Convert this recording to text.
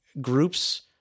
groups